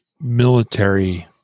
military